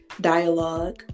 dialogue